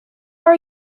are